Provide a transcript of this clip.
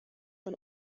een